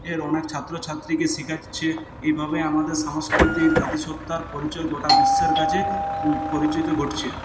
এর অনেক ছাত্র ছাত্রীকে শেখাচ্ছি এভাবে আমাদের সাংস্কৃতির জাতিসত্ত্বার পরিচয় গোটা বিশ্বের কাছে পরিচিতি ঘটছে